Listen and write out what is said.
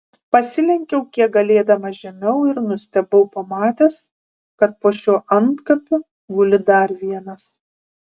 pasilenkiau kiek galėdamas žemiau ir nustebau pamatęs kad po šiuo antkapiu guli dar vienas